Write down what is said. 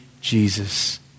Jesus